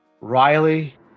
Riley